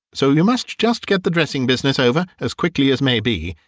so you must just get the dressing business over as quickly as may be.